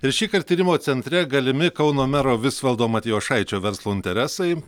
ir šįkart tyrimo centre galimi kauno mero visvaldo matijošaičio verslo interesai